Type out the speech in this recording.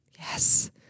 Yes